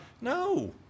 No